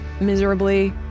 miserably